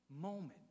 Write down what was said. moment